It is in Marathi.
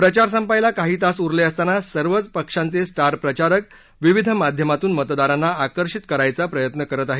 प्रचार संपायला काही तास उरले असताना सर्वच पक्षांचे स्टार प्रचारक विविध माध्यमातून मतदारांना आकर्षित करण्याचा प्रयत्न करत आहेत